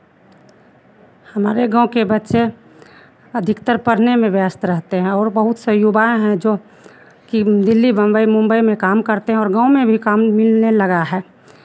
हमारे गाँव के बच्चे अधिकतर पढ़ने में व्यस्त रहते हैं और बहुत से युवाएँ हैं जो कि दिल्ली बंबई मुंबई में काम करते हैं और गाँव में भी काम मिलने लगा है